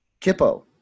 Kippo